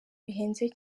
bihenze